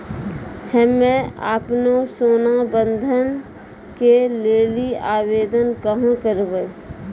हम्मे आपनौ सोना बंधन के लेली आवेदन कहाँ करवै?